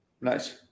nice